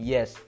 Yes